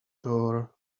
door